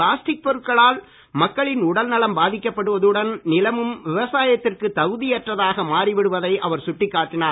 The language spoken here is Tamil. பிளாஸ்டிக் பொருட்களால் மக்களின் உடல்நலம் பாதிக்கப்படுவதுடன் நிலமும் விவசாயத்திற்கு தகுதியற்றதாக மாறி விடுவதை அவர் சுட்டிக்காட்டினார்